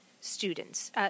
students